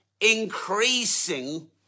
increasing